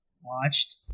watched